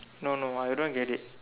no no I don't get it